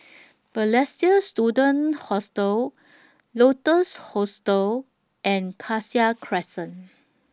Balestier Student Hostel Lotus Hostel and Cassia Crescent